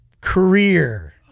career